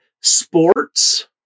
sports